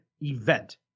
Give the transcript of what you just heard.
event